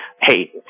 hey